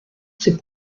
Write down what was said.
ces